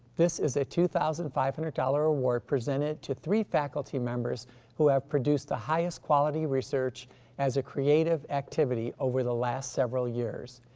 this is a two thousand five hundred dollars award presented to three faculty members who have produced the highest quality research as a creative activity over the last several years.